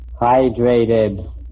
Hydrated